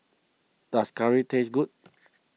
does Curry taste good